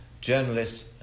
journalists